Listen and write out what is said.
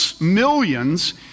millions